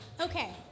Okay